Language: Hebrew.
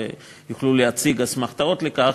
ויוכלו להציג אסמכתאות לכך,